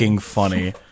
funny